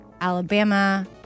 Alabama